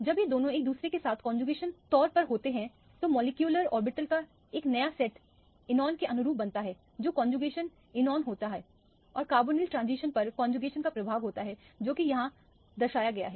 जब ये दोनों एक दूसरे के साथ कौनजुगेशन तौर पर में होते हैं तो मॉलिक्यूलर ऑर्बिटल का एक नया सेट एनोन के अनुरूप बनता है जो कौनजुगेटेड एनोन होता है और कार्बोनिल ट्रांजिशन पर कौनजुगेशन का प्रभाव होता है जो कि यहां दर्शाया गया है